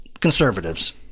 conservatives